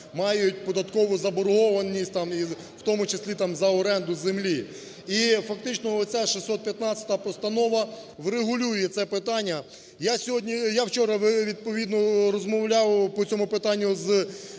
мають податкову заборгованість, там, і в тому числі, там, за оренду землі. І фактично ця 615 постанова врегулює це питання. Я вчора відповідно розмовляв по цьому питанню з